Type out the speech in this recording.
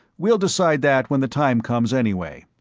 we'll decide that when the time comes, anyway.